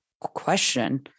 question